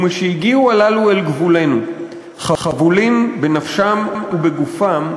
ומשהגיעו הללו אל גבולנו, חבולים בנפשם ובגופם,